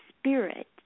spirit